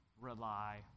rely